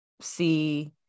see